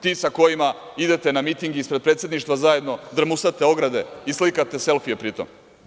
Ti sa kojima idete na miting ispred predsedništva zajedno, drmusate ograde i slikate selfije, pri tom.